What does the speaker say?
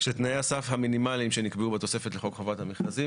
שתנאי הסף המינימליים שנקבעו בתוספת לחוק חובת המכרזים,